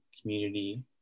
community